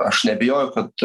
aš neabejoju kad